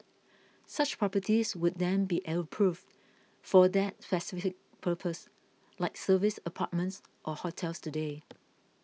such properties would then be approved for that purpose like service apartments or hotels today